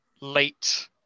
late